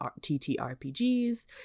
TTRPGs